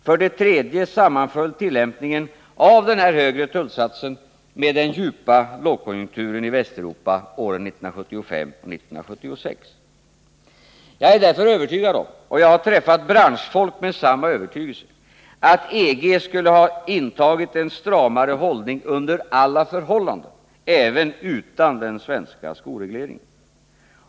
För det tredje sammanföll tillämpningen av den högre tullsatsen med den djupa lågkonjunkturen i Västeuropa åren 1975 och 1976. Jag är därför övertygad om — och jag har träffat branschfolk med samma övertygelse — att EG skulle ha intagit en stramare hållning under alla förhållanden, alltså även utan den svenska skoregleringen.